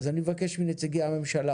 אני מבקש מנציגי הממשלה,